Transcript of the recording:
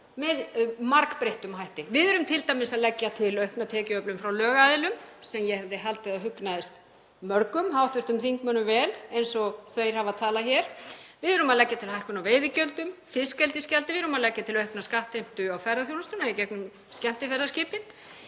með margbreyttum hætti. Við erum t.d. að leggja til aukna tekjuöflun frá lögaðilum, sem ég hefði haldið að hugnaðist mörgum hv. þingmönnum vel eins og þeir hafa talað hér. Við erum að leggja til hækkun á veiðigjöldum, fiskeldisgjaldið, við erum að leggja til aukna skattheimtu á ferðaþjónustuna í gegnum skemmtiferðaskipin.